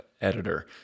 editor